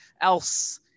else